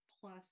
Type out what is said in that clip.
plus